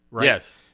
Yes